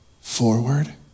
forward